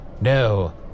no